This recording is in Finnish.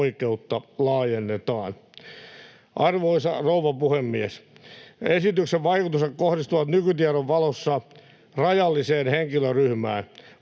työnteko-oikeutta laajennetaan. Arvoisa rouva puhemies! Esityksen vaikutukset kohdistuvat nykytiedon valossa rajalliseen henkilöryhmään.